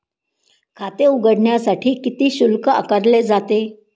खाते उघडण्यासाठी किती शुल्क आकारले जाते?